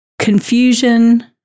confusion